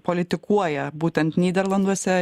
politikuoja būtent nyderlanduose